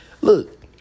Look